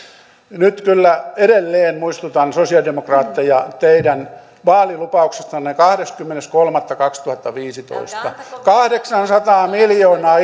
nyt kyllä edelleen muistutan sosialidemokraatteja teidän vaalilupauksestanne kahdeskymmenes kolmatta kaksituhattaviisitoista kahdeksansataa miljoonaa